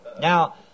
Now